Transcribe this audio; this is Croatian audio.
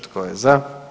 Tko je za?